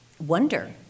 wonder